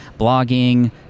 blogging